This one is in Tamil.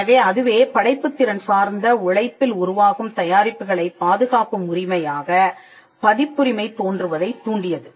எனவே அதுவே படைப்புத்திறன் சார்ந்த உழைப்பில் உருவாகும் தயாரிப்புகளைப் பாதுகாக்கும் உரிமையாக பதிப்புரிமை தோன்றுவதைத் தூண்டியது